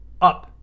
up